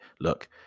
look